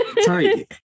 Sorry